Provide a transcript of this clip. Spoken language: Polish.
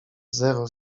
zero